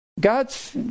God's